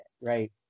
right